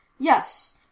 yes